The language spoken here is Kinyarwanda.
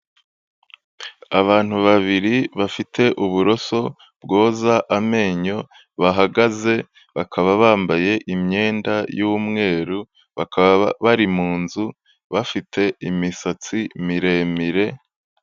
Abantu babiri bafite uburoso bwoza amenyo bahagaze bakaba bambaye imyenda y'umweru bakaba bari mu nzu bafite imisatsi miremire.